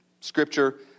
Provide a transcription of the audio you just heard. Scripture